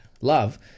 love